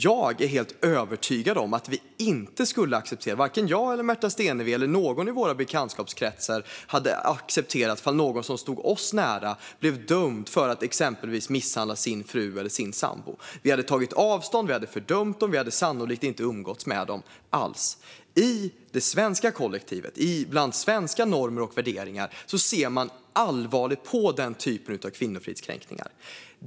Jag är helt övertygad om att varken jag, Märta Stenevi eller någon i våra bekantskapskretsar skulle acceptera någon som stod oss nära som blev dömd för att exempelvis misshandla sin fru eller sambo. Vi hade tagit avstånd och fördömt dem och sannolikt inte umgåtts med dem alls. I det svenska kollektivet och bland svenska normer och värderingar ser man allvarligt på den typen av kvinnofridskränkningar.